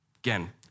Again